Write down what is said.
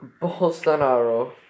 Bolsonaro